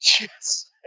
Yes